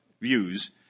views